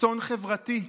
"אסון חברתי".